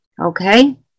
Okay